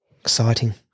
Exciting